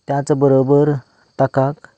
त्याच बरोबर ताका